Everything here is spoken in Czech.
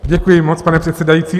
Děkuji moc opět, pane předsedající.